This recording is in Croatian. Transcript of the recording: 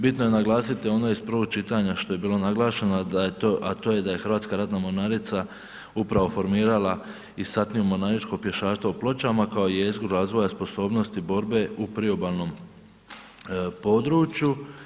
Bitno je naglasiti ono iz prvog čitanja, što je bilo naglašeno, a to je Hrvatska ratna mornarica upravo formirala i satniju mornaričko pješaštvo u Pločama kao jezgru razvoja sposobnosti borbe u priobalnom području.